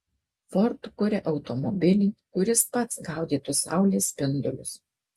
ford kuria automobilį kuris pats gaudytų saulės spindulius